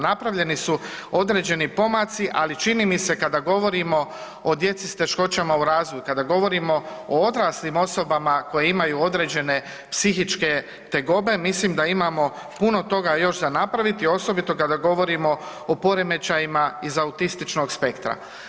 Napravljeni su određeni pomaci, ali čini mi se kada govorimo o djeci s teškoćama u razvoju, kada govorimo o odraslim osobama koje imaju određene psihičke tegobe, mislim da imamo puno toga još za napraviti, osobito kada govorimo o poremećajima iz autističnog spektra.